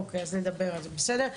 אוקיי, אז נדבר על זה, בסדר?